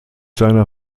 seiner